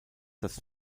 das